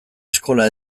eskola